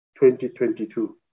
2022